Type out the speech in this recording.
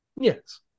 Yes